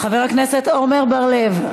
חבר הכנסת עמר בר-לב,